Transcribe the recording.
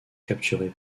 capturés